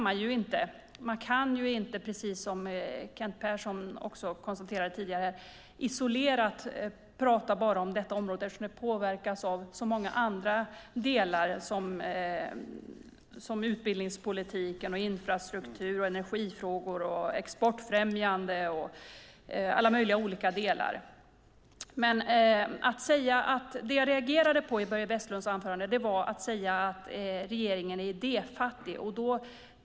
Man kan inte, precis som också Kent Persson konstaterade tidigare, isolerat prata bara om detta område eftersom det påverkas av så många andra delar, som utbildningspolitik, infrastruktur, energifrågor, exportfrämjande och alla möjliga olika delar. Men det jag reagerade på i Börje Vestlunds anförande var när han sade att regeringen är idéfattig.